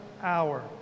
hour